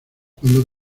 cuando